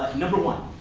number one,